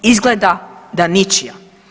Izgleda da ničija.